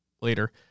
later